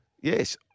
Yes